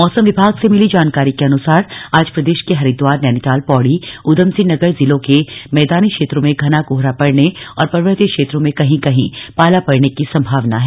मौसम विभाग से मिली जानकारी के अनुसार आज प्रदेश के हरिद्वार नैनीताल पौड़ी ऊधमसिंह नगर जिलों के मैदानी क्षेत्रों में घना कोहरा पड़ने तथा पर्वतीय क्षेत्रों में कहीं कहीं पाला पड़ने की संभावना है